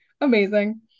Amazing